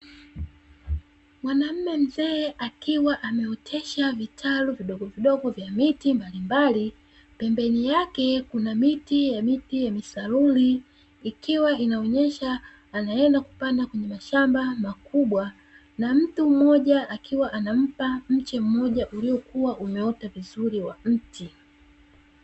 Mwanaume mzee akiwa ameotesha vitalu vidogovidogo vya miti mbalimbali pembeni yake kuna miti ya miti ya misaruni, ikiwa inaonyesha anaenda kupanda kwenye mashamba makubwa na mtu mmoja, akiwa anampa mche mmoja uliokuwa umeota vizuri wa mti.